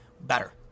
better